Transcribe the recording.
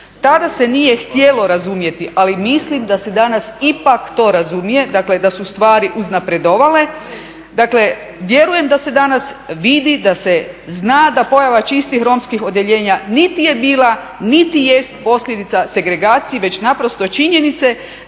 Tada se nije htjelo razumjeti ali mislim da se danas ipak to razumije, dakle da su stvari uznapredovale. Dakle, vjerujem da se danas vidi da se zna da pojava čistih romskih odjeljenja niti je bila niti jest posljedica segregacije, već naprosto činjenice